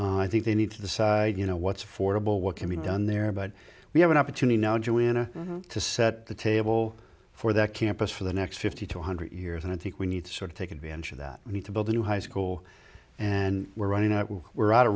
now i think they need to decide you know what's affordable what can be done there but we have an opportunity now julianna to set the table for that campus for the next fifty to one hundred years and i think we need to sort of take advantage of that we need to build a new high school and we're running out we're out of